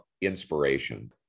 inspiration